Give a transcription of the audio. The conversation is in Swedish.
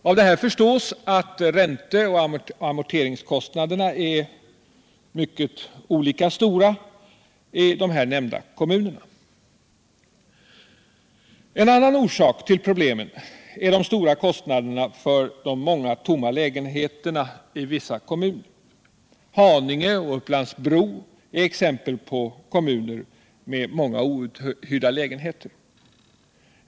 Av detta förstås att ränteoch amorteringskostnaderna är mycket olika i nämnda kommuner. En annan orsak till problemen är de stora kostnaderna för de många tomma lägenheterna i vissa kommuner. Haninge och Upplands Bro är exempel på kommuner med många outhyrda lägenheter.